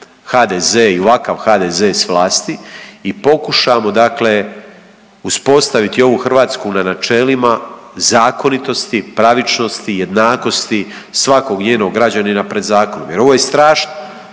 HDZ i ovakav HDZ s vlasti i pokušamo dakle uspostaviti ovu Hrvatsku na načelima zakonitosti, pravičnosti, jednakosti svakog njenog građanina pred zakonom.